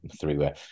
three-way